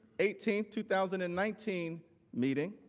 eighteenth two thousand and nineteen meeting,